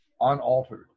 unaltered